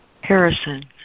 Harrison